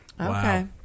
Okay